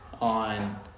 on